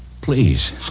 Please